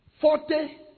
Forty